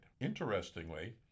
Interestingly